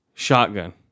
Shotgun